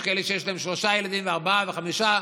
יש כאלה שיש להם שלושה ילדים וארבעה וחמישה,